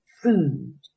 food